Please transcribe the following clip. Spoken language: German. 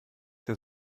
der